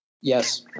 Yes